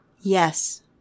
Yes